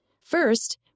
First